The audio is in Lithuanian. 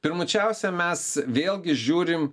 pirmučiausia mes vėlgi žiūrim